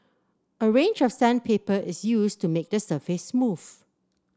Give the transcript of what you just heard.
a range of sandpaper is used to make the surface smooth